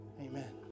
Amen